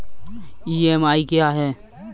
EMI क्या है?